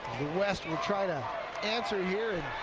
the west will try to answer here, and